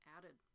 Added